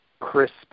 crisp